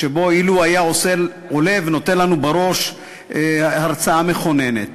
שאילולא כן הוא היה עולה ונותן לנו בראש הרצאה מכוננת.